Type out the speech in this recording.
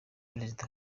perezida